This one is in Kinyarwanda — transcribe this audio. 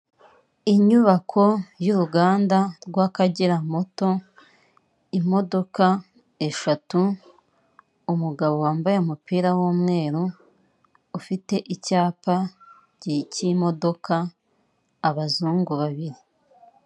Inyubako y'uruganda rw'Akagera moto, imodoka eshatu, umugabo wambaye umupira w'umweru ufite icyapa cy'imodoka, abazungu babiri.